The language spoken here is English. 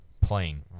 playing